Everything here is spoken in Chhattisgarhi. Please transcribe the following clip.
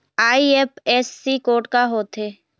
आई.एफ.एस.सी कोड का होथे?